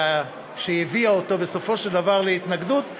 שהביאה אותו בסופו של דבר להתנגדות,